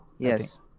Yes